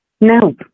No